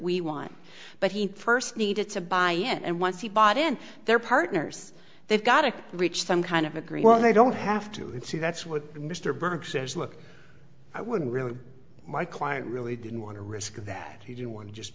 we want but he first needed to buy it and once he bought in their partners they've got to reach some kind of agree well they don't have to and see that's what mr burke says look i wouldn't really my client really didn't want to risk that he didn't want to just